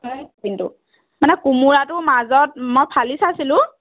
কিন্তু মানে কোমোৰাটো মাজত মই ফালি চাইছিলোঁ